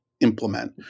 implement